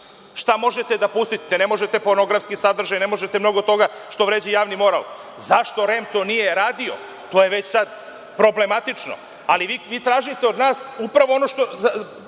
šta možete da pustite. Ne možete pornografski sadržaj, ne možete mnogo toga što vređa javni moral. Zašto REM to nije radio, to je već sad problematično. Ali, vi tražite od nas upravo ono zašta